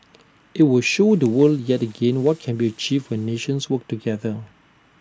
IT will show the world yet again what can be achieved when nations work together